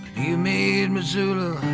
you made missoula,